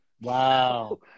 Wow